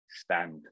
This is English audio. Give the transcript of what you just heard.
stand